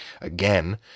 again